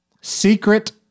Secret